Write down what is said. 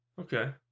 Okay